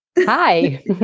Hi